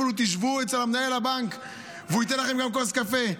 ואפילו תשבו אצל מנהל הבנק והוא ייתן לכם גם כוס קפה,